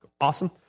Awesome